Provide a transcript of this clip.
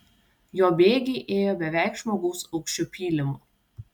jo bėgiai ėjo beveik žmogaus aukščio pylimu